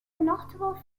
notable